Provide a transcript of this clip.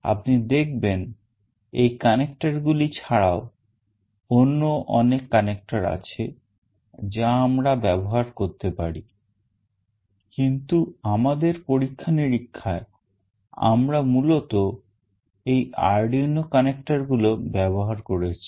আপনি দেখবেন এই connector গুলি ছাড়াও অন্য অনেক connector আছে যা আমরা ব্যবহার করতে পারি কিন্তু আমাদের পরীক্ষা নিরীক্ষায় আমরা মূলত এই Arduino connector গুলো ব্যবহার করেছি